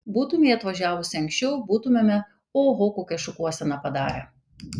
būtumei atvažiavusi anksčiau būtumėme oho kokią šukuoseną padarę